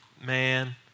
man